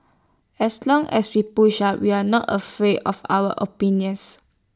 as long as we push up we are not afraid of our opinions